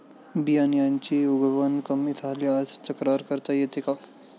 बियाण्यांची उगवण कमी झाल्यास तक्रार करता येते का?